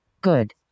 Good